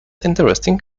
interesting